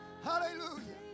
Hallelujah